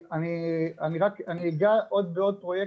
אני אגע בעוד פרויקט,